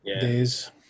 Days